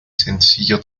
sencillo